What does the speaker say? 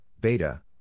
beta